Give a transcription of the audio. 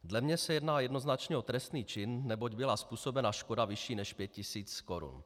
Dle mne se jedná jednoznačně o trestný čin, neboť byla způsobena škoda vyšší než 5 000 korun.